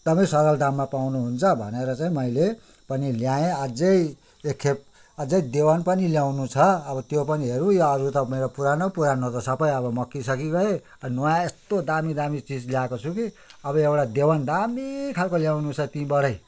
एकदमै सरल दाममा पाउनुहुन्छ भनेर चाहिँ मैले पनि ल्याएँ अझै एकखेप अझै दिवान पनि ल्याउनु छ अब त्यो पनि हेरौँ यहाँ अरू त मेरो पुरानो पुरानो त सबै अब मक्किसकिगए अनि नयाँ यस्तो दामी दामी चिज ल्याएको छु कि अब एउटा दिवान दामी खालको ल्याउनु छ त्यहीँबाटै